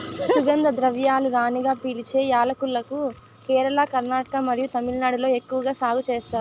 సుగంధ ద్రవ్యాల రాణిగా పిలిచే యాలక్కులను కేరళ, కర్ణాటక మరియు తమిళనాడులో ఎక్కువగా సాగు చేస్తారు